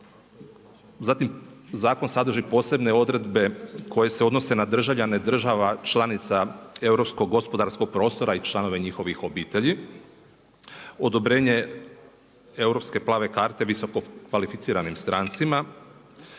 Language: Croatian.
zatim zakon sadrži posebne odredbe koje se donose na državljane država članica Europskog gospodarskog prostora i članove njihovih obitelji, odobrenje europske plave karte visokokvalificiranim strancima,